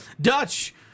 Dutch